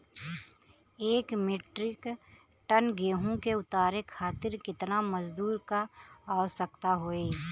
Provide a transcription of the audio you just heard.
एक metric ton गेहूँ के उतारे खातीर कितना मजदूर क आवश्यकता होई?